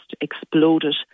exploded